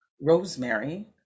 rosemary